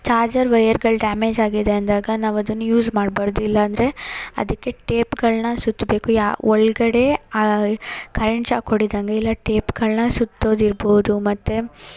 charger ವೈಯರ್ಗಳು damage ಆಗಿದೆ ಅಂದಾಗ ನಾವು ಅದನ್ನ ಯೂಸ್ ಮಾಡ್ಬಾರದು ಇಲ್ಲಾಂದರೆ ಅದಕ್ಕೆ ಟೇಪ್ಗಳನ್ನ ಸುತ್ಬೇಕು ಯಾ ಒಳಗಡೆ ಕರೆಂಟ್ ಶಾಕ್ ಹೊಡಿದಂಗೆ ಇಲ್ಲ ಟೇಪ್ಗಳನ್ನ ಸುತ್ತೋದಿರ್ಬೋದು ಮತ್ತು